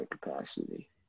capacity